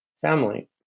family